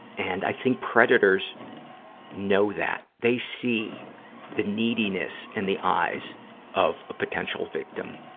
and, i think predators know that. they see the neediness in the eyes of a potential victim.